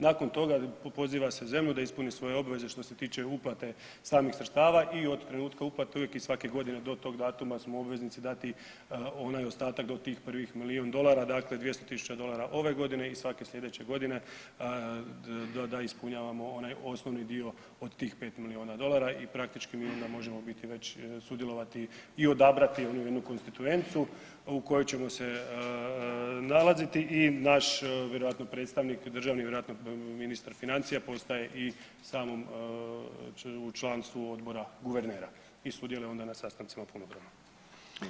Nakon toga poziva se zemlju da ispuni svoje obveze što se tiče uplate samih sredstava i od trenutka uplate uvijek i svake godine do tog datuma smo obveznici dati onaj ostatak do tih prvih milijun dolara, dakle 200.000 godina dolara ove godine i svake godine da ispunjavamo onaj osnovni dio od tih 5 milijuna dolara i praktički mi onda možemo biti već, sudjelovati i odabrati onu jednu konstituencu u kojoj ćemo se nalaziti naš vjerojatno predstavnik državni, vjerojatno ministar financija postaje i u samom, u članstvu odbora guvernera i sudjeluje onda na sastancima ... našem omjeru koji je.